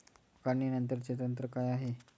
काढणीनंतरचे तंत्र काय आहे?